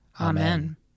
Amen